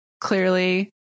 clearly